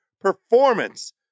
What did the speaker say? performance